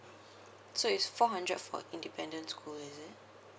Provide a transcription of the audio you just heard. so it's four hundred for independent school is it